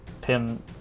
Pim